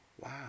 Wow